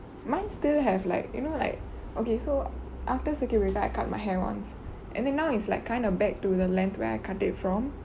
mine still have like you know like okay so after circuit breaker I cut my hair once and then now is like kind of back to the length where I cut it from